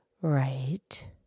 Right